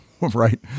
right